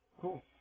Cool